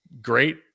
great